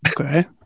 Okay